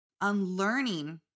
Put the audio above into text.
unlearning